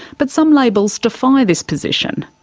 but some labels defy this position.